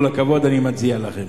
כל הכבוד, אני מצדיע לכם.